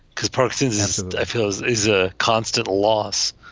because personally i feel is is a constant loss.